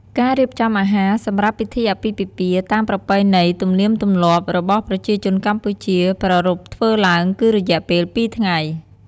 ការរៀបចំអាហារសម្រាប់ពិធីអាពាហ៍ពិពាហ៍ តាមប្រពៃណីទំលៀមទម្លាប់របស់ប្រជាជនកម្ពុជា ប្រារព្ធធ្វើឡើងគឺរយៈពេល២ថ្ងៃ។